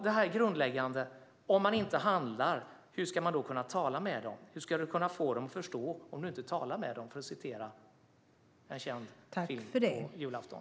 Detta är grundläggande: Om man inte handlar, hur ska man då kunna tala med dem? För att travestera en känd film på julafton: Hur ska man kunna få dem att förstå om man inte talar med dem?